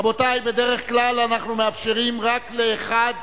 רבותי, בדרך כלל אנחנו מאפשרים רק לאחד